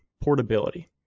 portability